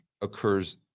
occurs